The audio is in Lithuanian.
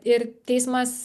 ir teismas